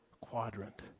quadrant